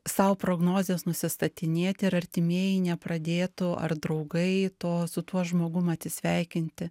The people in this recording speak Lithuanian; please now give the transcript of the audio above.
sau prognozes nusistatinėti ir artimieji nepradėtų ar draugai to su tuo žmogum atsisveikinti